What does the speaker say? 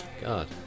God